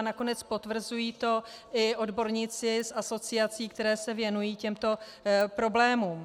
Nakonec potvrzují to i odborníci z asociací, které se věnují těmto problémům.